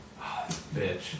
Bitch